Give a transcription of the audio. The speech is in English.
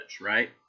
right